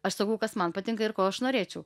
aš sakau kas man patinka ir ko aš norėčiau